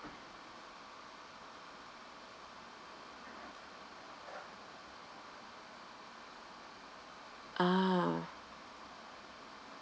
ah